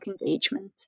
engagement